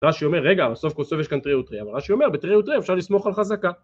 רש"י אומר רגע אבל סוף כל סוף יש כאן תרי ותרי אבל רש"י אומר בתרי ותרי אפשר לסמוך על חזקה